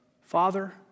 Father